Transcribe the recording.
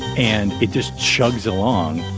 and it just chugs along.